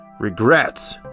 Regrets